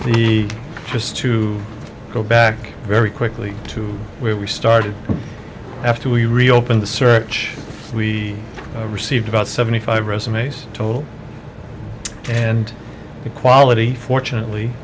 the just to go back very quickly to where we started after we reopen the search we received about seventy five resumes total and the quality fortunately